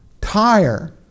tire